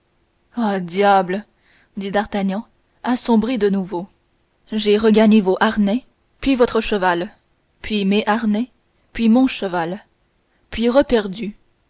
ah diable dit d'artagnan assombri de nouveau j'ai regagné vos harnais puis votre cheval puis mes harnais puis mon cheval puis